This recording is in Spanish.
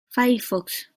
firefox